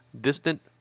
Distant